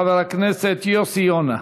חבר הכנסת יוסי יונה.